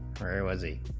where was a